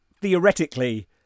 theoretically